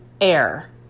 air